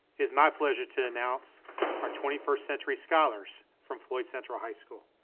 is my pleasure to announce our twenty first century scholars from floyd central high school.